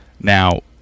Now